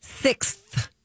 Sixth